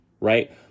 right